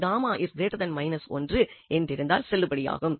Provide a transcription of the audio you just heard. இது என்றிருந்தால் செல்லுபடியாகும்